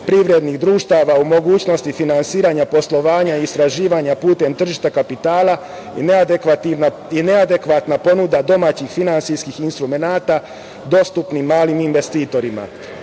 privrednih društava u mogućnosti finansiranja poslovanja i istraživanja putem tržišta kapitala i neadekvatna ponuda domaćih finansijskih instrumenata dostupnim malim investitorima. Uzimajući